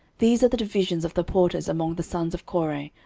these are the divisions of the porters among the sons of kore,